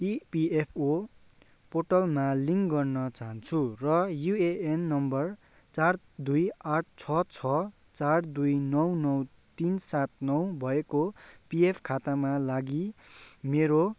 EPFO पोर्टलमा link गर्न चाहन्छु र युएएन नम्बर चार दुई आठ छ छ चार दुई नौ नौ तिन सात नौ भएको पिएफ खातामा लागि मेरो